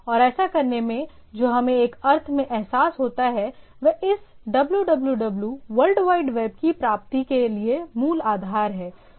और ऐसा करने में जो हमें एक अर्थ में एहसास होता है वह इस www वर्ल्ड वाइड वेब की प्राप्ति के लिए मूल आधार है